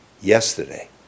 yesterday